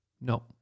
No